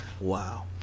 wow